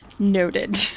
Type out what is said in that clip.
noted